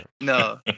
No